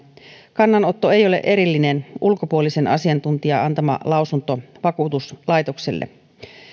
kannanotto ei ole erillinen ulkopuolisen asiantuntijan antama lausunto vakuutuslaitokselle